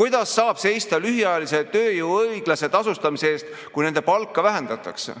Kuidas saab seista lühiajalise tööjõu õiglase tasustamise eest, kui inimeste palka vähendatakse?